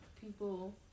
people